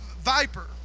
viper